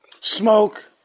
Smoke